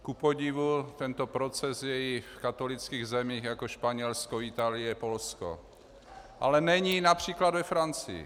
Kupodivu tento proces je i v katolických zemích jako Španělsko, Itálie, Polsko, ale není například ve Francii.